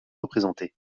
représentée